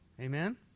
Amen